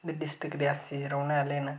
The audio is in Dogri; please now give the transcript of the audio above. दी डिस्टिक रेयासी दे रौह्ने आह्ले न